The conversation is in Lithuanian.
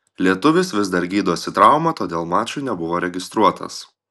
lietuvis vis dar gydosi traumą todėl mačui nebuvo registruotas